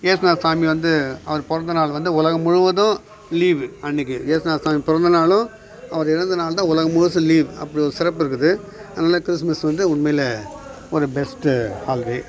இயேசுநாத சாமி வந்து அவர் பிறந்தநாள் வந்து உலகம் முழுவதும் லீவு அன்னைக்கு இயேசுநாத சாமி பிறந்தநாளும் அவர் இறந்த நாளும் தான் உலகம் முழுசும் லீவு அவ்வளோ சிறப்பு இருக்குது அதனால கிறிஸ்மஸ் வந்து உண்மைலேயே ஒரு பெஸ்ட்டு ஹாலிடே